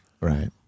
Right